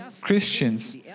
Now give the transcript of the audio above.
Christians